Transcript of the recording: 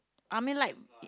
I mean like